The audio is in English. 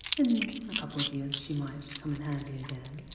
in a couple of years she might come in handy again